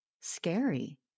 scary